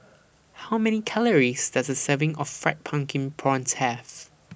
How Many Calories Does A Serving of Fried Pumpkin Prawns Have